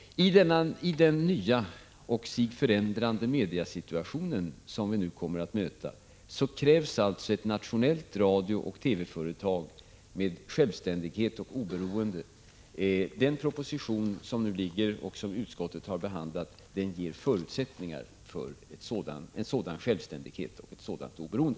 I den nya och sig förändrande mediesituation som vi nu kommer att möta krävs ett nationellt radiooch TV-företag med självständighet och oberoende. Den proposition som lagts fram och som utskottet har behandlat ger förutsättningar för en sådan självständighet och ett sådant oberoende.